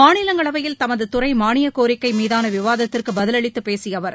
மாநிலங்களைவயில் தமது துறை மானியக்கோரிக்கை மீதான விவாதத்திற்கு பதிலளித்துப் பேசிய அவர்